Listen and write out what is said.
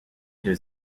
deux